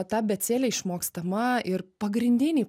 ta abėcėlė išmokstama ir pagrindiniai